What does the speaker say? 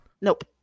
Nope